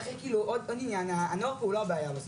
עוד עניין, הנוער הוא לא הבעיה בסוף.